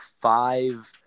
five –